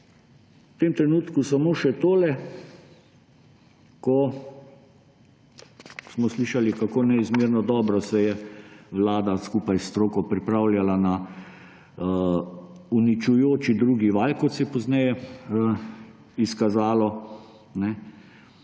V tem trenutku samo še tole. Ko smo slišali, kako neizmerno dobro se je vlada skupaj s stroko pripravljala na uničujoči drugi val, kot se je pozneje izkazalo, vaš